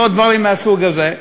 ועוד דברים מהסוג הזה,